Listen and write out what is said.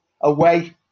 away